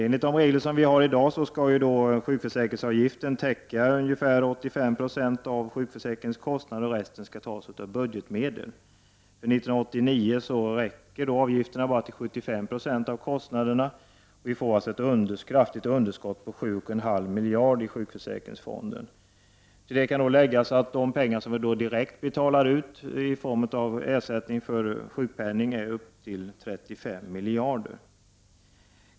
Enligt dagens regler skall sjukförsäkringsavgiften täcka 85 26 av sjukförsäkringens kostnader, och resten skall tas av budgetmedel. För 1989 räcker avgifterna bara till 75 70 av kostnaderna, och det ger ett kraftigt underskott på 7,5 miljarder i sjukförsäkringsfonden. Till det kan läggas att de pengar som direkt betalas ut i form av av sjukpenning uppgår till 35 miljarder.